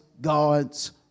god's